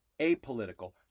apolitical